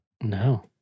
No